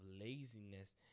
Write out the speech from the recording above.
laziness